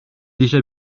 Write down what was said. déjà